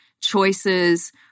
choices